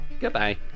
Goodbye